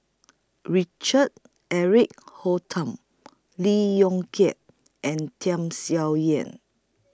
Richard Eric Holttum Lee Yong Kiat and Tham Sien Yen